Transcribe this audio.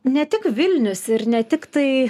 ne tik vilnius ir ne tik tai